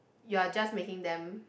you're just making them